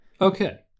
Okay